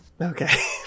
Okay